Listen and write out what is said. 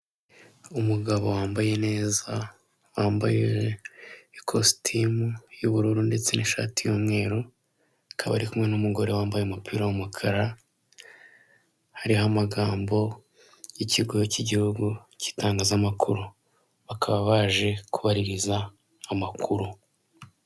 Umugabo wambaye neza wambaye ikositimu y'ubururu ndetse n'ishati yumweru akaba ari kumwe n'umugore wambaye umupira wumukara hariho amagambo y'ikigo cy'igihugu cy'itangazamakuru bakaba baje kubaririza amakuru.